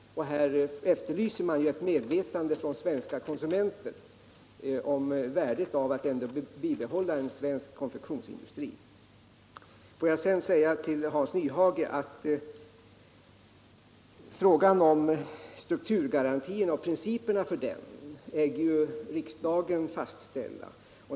Här efterlyser man ett medvetande hos svenska konsumenter om värdet av att bibehålla en svensk konfektionsindustri. Får jag sedan säga till Hans Nyhage att principerna för strukturgarantier äger riksdagen att fastställa.